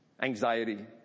anxiety